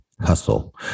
hustle